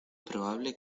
probable